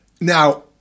Now